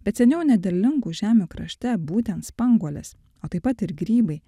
bet seniau nederlingų žemių krašte būtent spanguolės o taip pat ir grybai